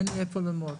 אין איפה ללמוד.